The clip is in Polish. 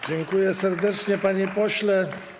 Dziękuję serdecznie, panie pośle.